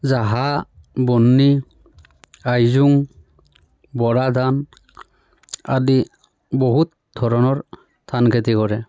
জহা বন্নি আইজোং বৰা ধান আদি বহুত ধৰণৰ ধান খেতি কৰে